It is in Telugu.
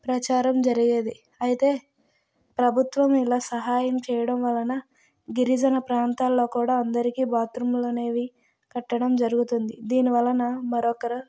ప్రచారం జరిగేది అయితే ప్రభుత్వం ఇలా సహాయం చేయడం వలన గిరిజన ప్రాంతాల్లో కూడా అందరికీ బాత్రూంలనేవి కట్టడం జరుగుతుంది దీని వలన మరొకరు